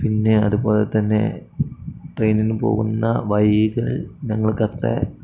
പിന്നെ അതുപോലെ തന്നെ ട്രെയിനിന് പോകുന്ന വഴികൾ ഞങ്ങൾക്ക് അത്ര